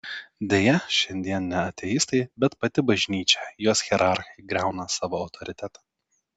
deja šiandien ne ateistai bet pati bažnyčia jos hierarchai griauna savo autoritetą